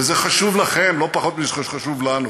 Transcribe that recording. וזה חשוב לכם לא פחות משזה חשוב לנו.